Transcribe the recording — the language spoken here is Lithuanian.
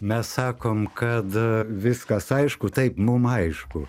mes sakom kad viskas aišku taip mum aišku